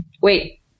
Wait